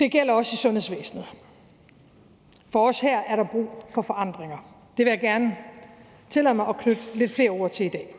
Det gælder også sundhedsvæsenet, for også her er der brug for forandringer. Det vil jeg gerne tillade mig at knytte lidt flere ord til i dag.